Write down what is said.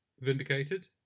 vindicated